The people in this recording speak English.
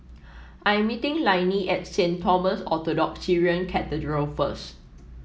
I am meeting Lainey at Saint Thomas Orthodox Syrian Cathedral first